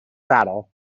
battle